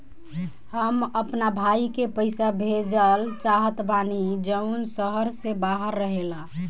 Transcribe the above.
हम अपना भाई के पइसा भेजल चाहत बानी जउन शहर से बाहर रहेला